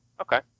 okay